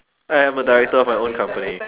I am a director of my own company